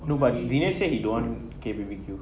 no but dinesh say he don't want K_B_B_Q